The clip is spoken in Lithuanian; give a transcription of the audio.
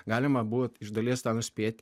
galima buvo iš dalies nuspėti